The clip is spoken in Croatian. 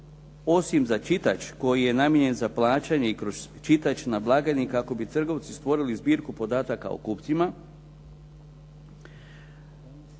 osim za čitač koji je namijenjen za plaćanje kroz čitač na blagajni kako bi trgovci stvorili zbirku podataka o kupcima